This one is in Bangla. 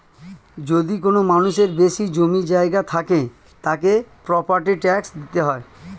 যদি কোনো মানুষের বেশি জমি জায়গা থাকে, তাকে প্রপার্টি ট্যাক্স দিতে হয়